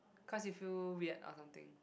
cause you feel weird or something